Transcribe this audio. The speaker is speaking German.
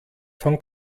von